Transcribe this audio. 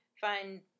find